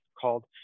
called